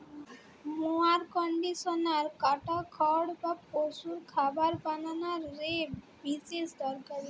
mower conditioner কাটা খড় বা পশুর খাবার বানানা রে বিশেষ দরকারি